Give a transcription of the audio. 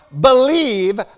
believe